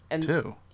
two